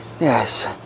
Yes